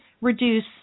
reduce